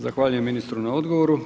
Zahvaljujem ministru na odgovoru.